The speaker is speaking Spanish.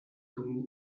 como